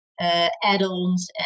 add-ons